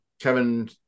Kevin